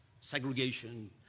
Segregation